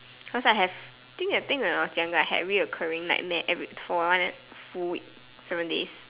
cause I have think I think when I was younger I had recurring nightmare every for one and full week seven days